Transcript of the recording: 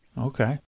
Okay